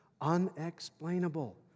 unexplainable